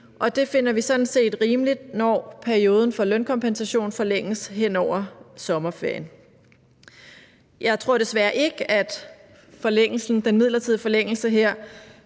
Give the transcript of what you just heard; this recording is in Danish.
det finder vi sådan set rimeligt, når perioden for lønkompensation forlænges hen over sommerferien. Jeg tror desværre ikke, at den midlertidige forlængelse her